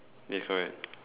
yes correct